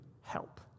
help